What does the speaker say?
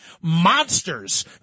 monsters